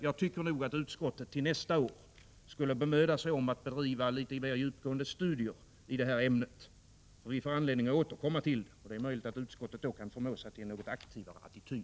Jag tycker att utskottet till nästa år skall bemöda sig om att bedriva litet mer djupgående studier i detta ämne, som vi får anledning att återkomma till. Det är möjligt att utskottet då kan förmå sig till en något aktivare attityd.